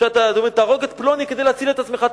שאתה תהרוג את פלוני כדי להציל את עצמך?